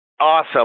Awesome